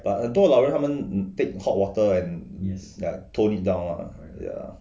but 很多老人他们 take hot water and ya tone it down ah ya